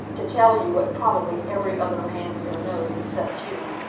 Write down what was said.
to tell you what probably every other man here knows except you.